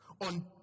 On